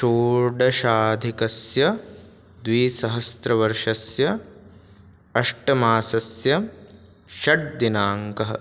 षोडशाधिकस्य द्विसहस्रवर्षस्य अष्टममासस्य षड्दिनाङ्कः